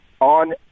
on